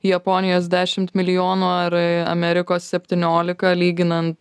japonijos dešimt milijonų ar e amerikos septyniolika lyginant